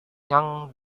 yang